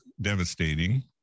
devastating